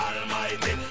Almighty